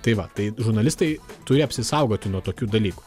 tai va tai žurnalistai turi apsisaugoti nuo tokių dalykų